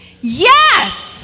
Yes